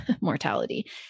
mortality